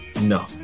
No